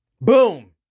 Boom